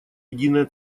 единое